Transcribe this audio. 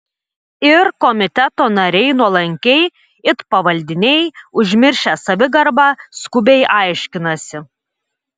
ir komiteto nariai nuolankiai it pavaldiniai užmiršę savigarbą skubiai aiškinasi